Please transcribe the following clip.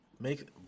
Make